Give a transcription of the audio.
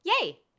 Yay